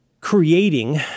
creating